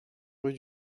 rue